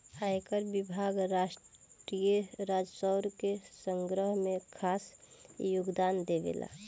आयकर विभाग राष्ट्रीय राजस्व के संग्रह में खास योगदान देवेला